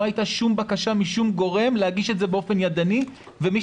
הייתה שום בקשה משום גורם להגיש את זה באופן ידני ומי